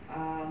um